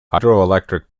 hydroelectric